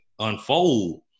unfold